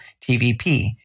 TVP